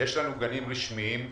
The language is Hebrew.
יש לנו גנים רשמיים.